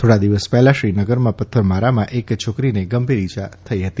થોડા દિવસ પહેલાં શ્રીનગરમાં પથ્થરમારામાં એક છોકરીને ગંભીર ઇજાઓ થઇ હતી